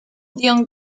dion